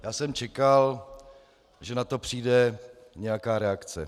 Já jsem čekal, že na to přijde nějaká reakce.